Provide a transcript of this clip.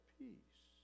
peace